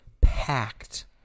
Packed